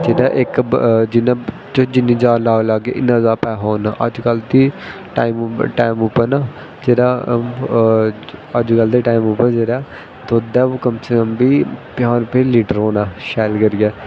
जियां इक जियां जिन्नी जादा लाग लाह्गे इन्ना जादा पैहा औना अज्कल केह् टाइम उप्पर टाइम उप्पर ना जेह्ड़ा अज्जकल दे टाइम उप्पर जेह्ड़ा दुद्ध ऐ ओह् बी कम से बी पंजाह् रपेऽ लीटर होना शैल करियै